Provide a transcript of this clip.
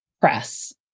press